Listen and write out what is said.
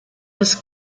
das